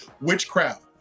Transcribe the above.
witchcraft